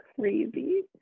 crazy